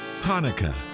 Hanukkah